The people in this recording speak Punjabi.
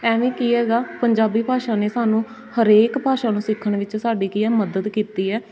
ਇਵੇਂ ਕੀ ਹੈਗਾ ਪੰਜਾਬੀ ਭਾਸ਼ਾ ਨੇ ਸਾਨੂੰ ਹਰੇਕ ਭਾਸ਼ਾ ਨੂੰ ਸਿੱਖਣ ਵਿੱਚ ਸਾਡੀ ਕੀ ਹੈ ਮਦਦ ਕੀਤੀ ਹੈ